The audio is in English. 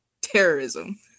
terrorism